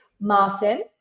Martin